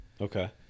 Okay